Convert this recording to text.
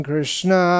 Krishna